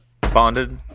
bonded